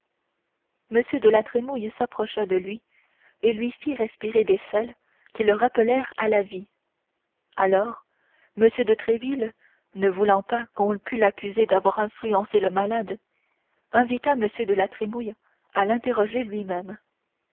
m de la trémouille s'approcha de lui et lui fit respirer des sels qui le rappelèrent à la vie alors m de tréville ne voulant pas qu'on pût l'accuser d'avoir influencé le malade invita m de la trémouille à l'interroger lui-même